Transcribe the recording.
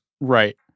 Right